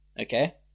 okay